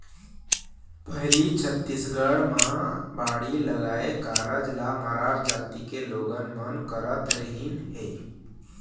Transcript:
पहिली छत्तीसगढ़ म बाड़ी लगाए कारज ल मरार जाति के लोगन मन करत रिहिन हे